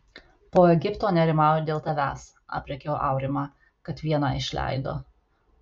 po egipto nerimauju dėl tavęs aprėkiau aurimą kad vieną išleido